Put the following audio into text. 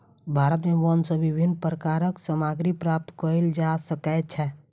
भारत में वन सॅ विभिन्न प्रकारक सामग्री प्राप्त कयल जा सकै छै